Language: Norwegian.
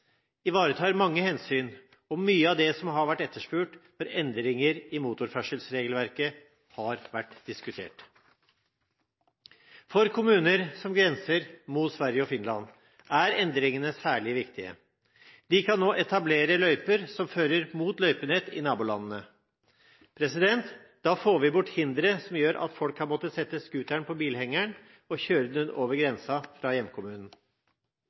ivaretar mange hensyn og mye av det som har vært etterspurt når endringer i motorferdselsregelverket har vært diskutert. For kommuner som grenser mot Sverige og Finland, er endringene særlig viktige. De kan nå etablere løyper som fører mot løypenett i nabolandene. Da får vi bort hinderet som gjør at folk har måttet sette scooteren på bilhengeren og kjøre den over grensen fra hjemkommunen.